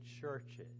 churches